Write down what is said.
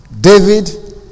David